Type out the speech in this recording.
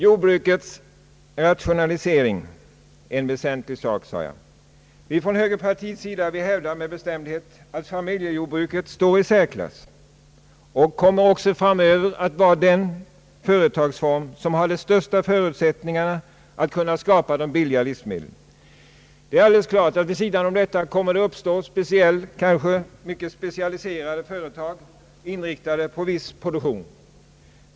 Jordbrukets rationalisering är en väsentlig fråga, sade jag. Från högerpartiet hävdar vi med bestämdhet att familjejordbruket står i särklass och även i framtiden kommer att vara den företagsform som har de största förutsättningarna att skapa billiga livsmedel. Vid sidan av detta kommer självfallet att uppstå mycket specialiserade företag inriktade på viss produktion.